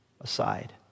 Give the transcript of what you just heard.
aside